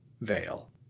veil